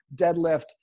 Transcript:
deadlift